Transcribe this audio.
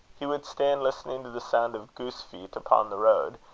he would stand listening to the sound of goose-feet upon the road,